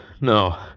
No